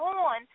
on